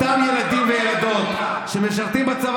אותם ילדים וילדות שמשרתים בצבא